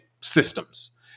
systems